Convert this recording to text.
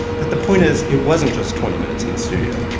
but the point is it wasn't just twenty minutes in the studio.